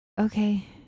okay